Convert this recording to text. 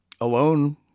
alone